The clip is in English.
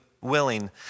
willing